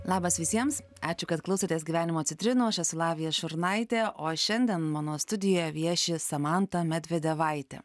labas visiems ačiū kad klausotės gyvenimo citrinų aš esu lavija šurnaitė o šiandien mano studijoje vieši samanta medvedevaitė